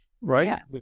right